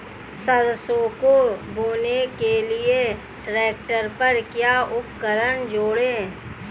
सरसों को बोने के लिये ट्रैक्टर पर क्या उपकरण जोड़ें?